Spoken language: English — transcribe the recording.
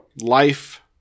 life